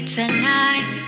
tonight